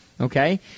Okay